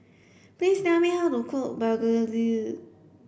please tell me how to cook begedil